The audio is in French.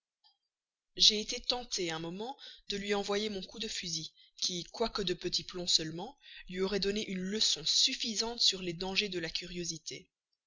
j'ai été tenté un moment de lui envoyer mon coup de fusil qui quoique de petit plomb seulement lui aurait donné une leçon suffisante sur les dangers de la curiosité